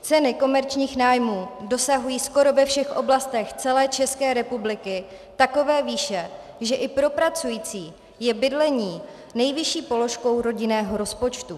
Ceny komerčních nájmů dosahují skoro ve všech oblastech celé České republiky takové výše, že i pro pracující je bydlení nejvyšší položkou rodinného rozpočtu.